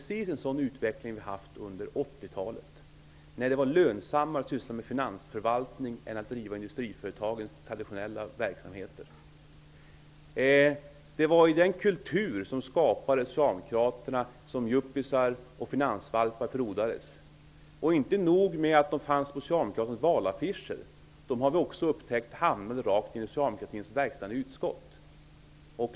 Just en sådan utveckling hade vi under 80-talet. Då var det ju lönsammare att syssla med finansförvaltning än att så att säga driva industriföretagens traditionella verksamheter. Det var i den kultur som Socialdemokraterna skapade som yuppier och finansvalpar frodades. Inte nog med att sådana fanns avbildade på Socialdemokraternas valaffischer, de har -- det har vi upptäckt -- tydligen också hamnat i Socialdemokraternas verkställande utskott.